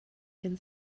can